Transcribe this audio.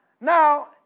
Now